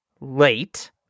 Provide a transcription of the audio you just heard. late